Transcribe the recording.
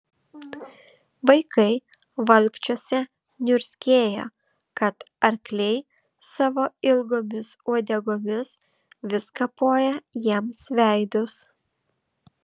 vaikai valkčiuose niurzgėjo kad arkliai savo ilgomis uodegomis vis kapoja jiems veidus